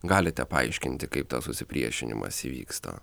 galite paaiškinti kaip tas susipriešinimas įvyksta